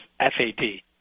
F-A-T